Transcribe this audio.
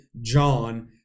John